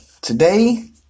Today